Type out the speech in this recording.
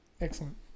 Excellent